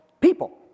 people